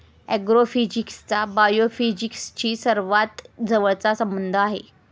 ऍग्रोफिजिक्सचा बायोफिजिक्सशी सर्वात जवळचा संबंध आहे